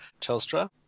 Telstra